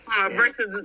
versus